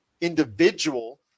individual